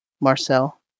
Marcel